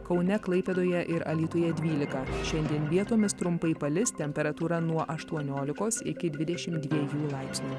kaune klaipėdoje ir alytuje dvylika šiandien vietomis trumpai palis temperatūra nuo aštuoniolikos iki dvidešim dviejų laipsnių